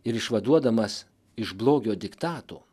ir išvaduodamas iš blogio diktato